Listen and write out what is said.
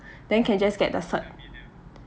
then can just get the cert